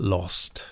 Lost